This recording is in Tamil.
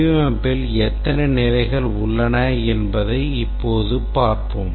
வடிவமைப்பில் எத்தனை நிலைகள் உள்ளன என்பதை இப்போது பார்ப்போம்